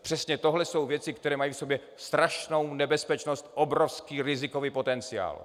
Přesně tohle jsou věci, které mají v sobě strašnou nebezpečnost, obrovský rizikový potenciál!